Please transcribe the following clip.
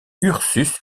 ursus